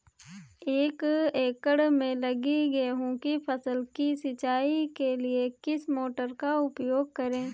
एक एकड़ में लगी गेहूँ की फसल की सिंचाई के लिए किस मोटर का उपयोग करें?